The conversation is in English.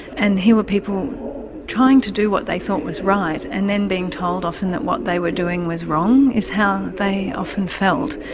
and here were people trying to do what they thought was right and then being told often that what they were doing was wrong is how they often felt.